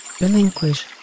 Relinquish